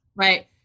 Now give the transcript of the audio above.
right